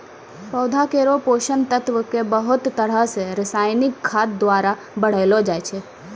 पौधा केरो पोषक तत्व क बहुत तरह सें रासायनिक खाद द्वारा बढ़ैलो जाय छै